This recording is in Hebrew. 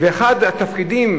ואחד התפקידים